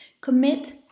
commit